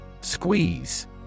Squeeze